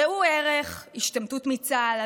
ראו ערך השתמטות מצה"ל,